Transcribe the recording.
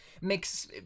makes